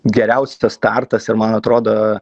geriausias startas ir man atrodo